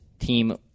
team